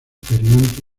perianto